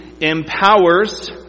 empowers